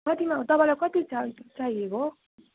कतिमा तपाईँलाई कति चा चाहिएको